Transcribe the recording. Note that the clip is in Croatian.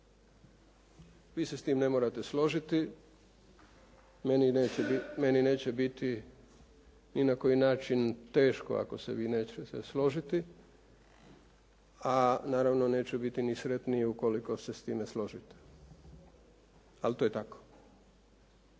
Vi se s tim ne morate složiti, meni neće biti ni na koji način teško ako se vi nećete složiti, a naravno neću biti ni sretniji ukoliko se s time složite, ali to je tako,